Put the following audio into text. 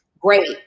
Great